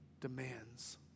demands